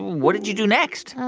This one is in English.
what did you do next?